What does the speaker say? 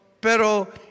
pero